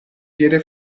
piede